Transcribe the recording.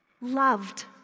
loved